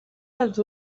dels